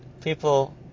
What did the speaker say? people